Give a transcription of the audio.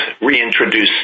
reintroduce